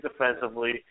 defensively